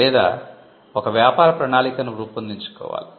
లేదా ఒక వ్యాపార ప్రణాళికను రూపొందించుకోవాలి